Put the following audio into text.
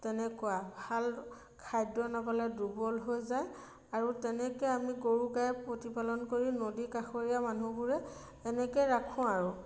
তেনেকুৱা ভাল খাদ্য নাপালে দুৰ্বল হৈ যায় আৰু তেনেকৈ আমি গৰু গাই প্ৰতিপালন কৰি নদী কাষৰীয়া মানুহবোৰে এনেকৈয়ে ৰাখোঁ আৰু